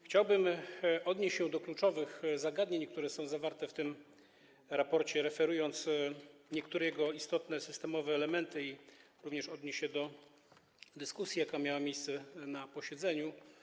Chciałbym odnieść się do kluczowych zagadnień, które są zawarte w tym raporcie, referując niektóre jego istotne systemowe elementy, jak również odnieść się do dyskusji, jaka miała miejsce na posiedzeniu.